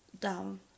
down